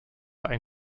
ein